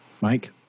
Mike